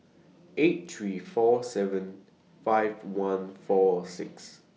eight three four seven five one four six